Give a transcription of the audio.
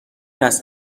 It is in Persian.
است